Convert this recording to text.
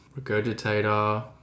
Regurgitator